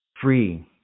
free